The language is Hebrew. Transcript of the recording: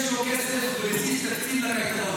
יש לו כסף בבסיס תקציב לקייטנות.